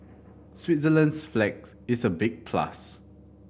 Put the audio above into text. Switzerland's flag is a big plus